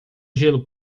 gelo